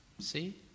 See